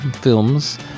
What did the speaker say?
films